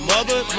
Mother